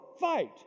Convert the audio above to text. fight